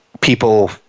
people